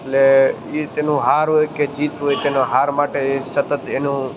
એટલે એ તેનો હાર હોય કે જીત હોય તેના હાર માટે સતત એનું